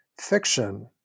fiction